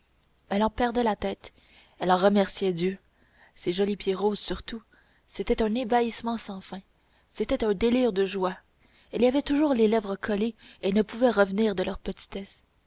elle en perdait la tête elle en remerciait dieu ses jolis pieds roses surtout c'était un ébahissement sans fin c'était un délire de joie elle y avait toujours les lèvres collées et ne pouvait revenir de leur